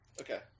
okay